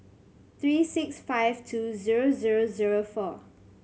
three six five two zero zero zero four